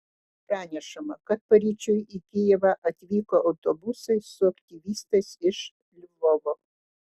pranešama kad paryčiui į kijevą atvyko autobusai su aktyvistais iš lvovo